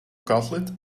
cutlet